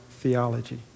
theology